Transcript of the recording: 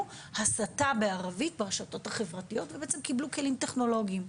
הסתה בערבית ברשתות החברתיות ובעצם קיבלו כלים טכנולוגיים.